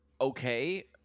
okay